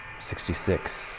sixty-six